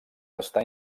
està